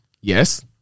Yes